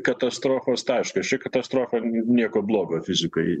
katastrofos taškas ši katastrofa nieko blogo fizikai